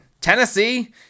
Tennessee